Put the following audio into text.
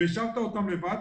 והשארת אותם לבד?